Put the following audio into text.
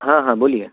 હા હા બોલિયે